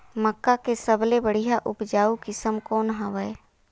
मक्का के सबले बढ़िया उपजाऊ किसम कौन हवय?